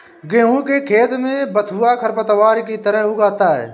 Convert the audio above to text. गेहूँ के खेत में बथुआ खरपतवार की तरह उग आता है